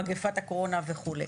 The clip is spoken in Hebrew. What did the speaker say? מגפת הקורונה וכו'.